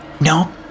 No